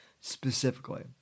specifically